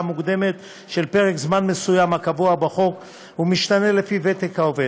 מוקדמת של פרק זמן מסוים הקבוע בחוק ומשתנה לפי ותק העובד,